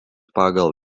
pagal